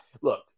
look